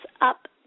up